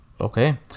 Okay